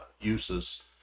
uses